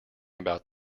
about